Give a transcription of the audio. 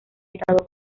estado